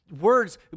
words